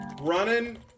running